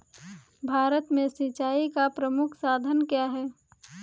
भारत में सिंचाई का प्रमुख साधन क्या है?